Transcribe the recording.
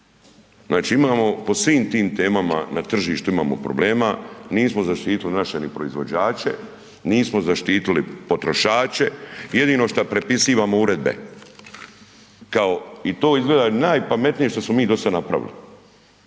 Znači, imamo po svim tim temama na tržištu imamo problema, nismo zaštitili naše ni proizvođače, nismo zaštitili potrošače, jedino šta prepisivamo uredbe kao i to izgleda najpametnije što smo mi dosad napravili